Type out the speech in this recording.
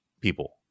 people